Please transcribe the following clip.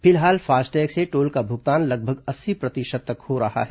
फिलहाल फास्टैग से टोल का भुगतान लगभग अस्सी प्रतिशत तक हो रहा है